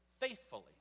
faithfully